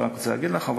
אני רק רוצה להגיד לך,